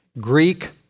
Greek